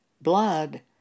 blood